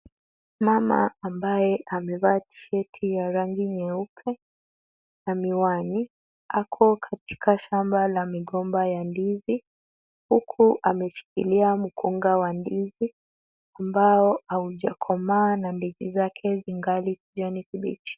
Mama ambaye amevaa tshati ya rangi nyeupe na miwani ako katika shamba la migomba ya ndizi huku ameshikilia mkunga wa ndizi ambao haujakomaa na ndizi zake zingali kijani kibichi.